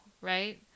right